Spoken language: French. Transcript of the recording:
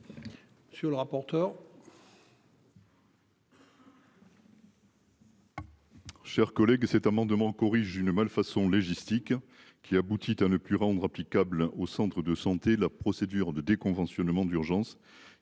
Monsieur le rapporteur.